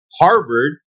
Harvard